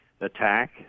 attack